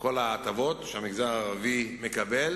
כל ההטבות שהמגזר הערבי מקבל,